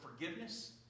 forgiveness